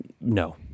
no